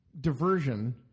diversion